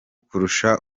kurusha